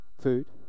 food